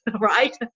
right